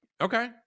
okay